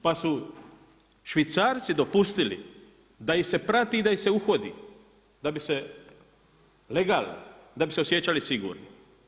Pa su Švicarci dopustili da ih se prati i da ih se uhodi, da bi se … da bi se osjećali sigurno.